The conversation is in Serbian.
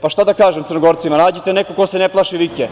pa šta da kažem Crnogorcima, nađite nekog ko se ne plaši vike.